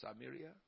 Samaria